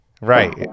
Right